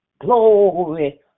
glory